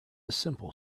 simple